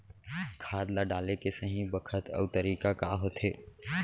खाद ल डाले के सही बखत अऊ तरीका का होथे?